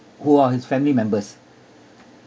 who are his family members